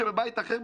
בקת"בים,